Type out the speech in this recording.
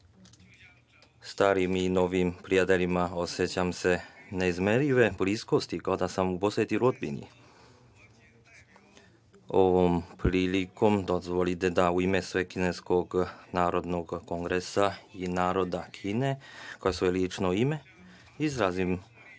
starim i novim prijateljima, osećam neizmernu bliskost, kao da sam u poseti rodbini. Ovom prilikom dozvolite da u ime Svekineskog Narodnog kongresa i naroda Kine, kao i u svoje lično ime izrazim